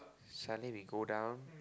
Sunday we go down